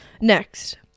Next